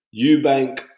Eubank